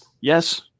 Yes